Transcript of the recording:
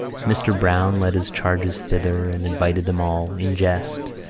mr. browne led his charges thither and invited them all, in jest,